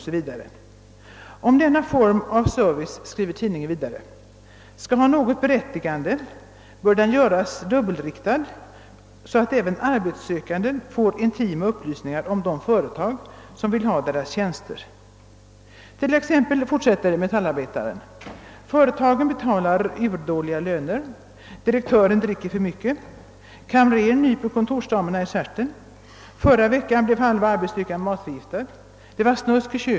S. V. »Om denna form av service skall ha något berättigande», skriver tidningen vidare, »bör den göras dubbelriktad så att även arbetssökande får intima upplysningar om de företag som vill ha deras tjänster», t.ex. »Företaget betalar urdåliga löner. Direktören dricker för mycket. Kamrern nyper kontorsdamerna i stjärten. Förra veckan blev halva arbetsstyrkan matförgiftad.